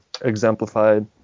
exemplified